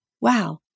wow